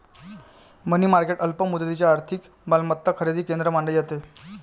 मनी market अल्प मुदतीच्या आर्थिक मालमत्ता खरेदीचे केंद्र मानले जाते